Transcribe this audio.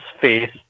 face